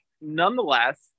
nonetheless